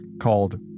called